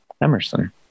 Emerson